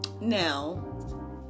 Now